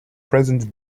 present